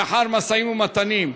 לאחר משאים-ומתנים,